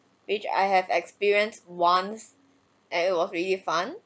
which I have experience once and it was really fun